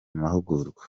mahugurwa